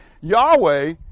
Yahweh